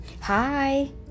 hi